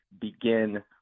begin